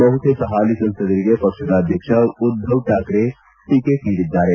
ಬಹುತೇಕ ಹಾಲಿ ಸಂಸದರಿಗೆ ಪಕ್ಷದ ಅಧ್ಯಕ್ಷ ಉದ್ಧವ್ ಕಾಕ್ರೆ ಟಿಕೆಟ್ ನೀಡಿದ್ದಾರೆ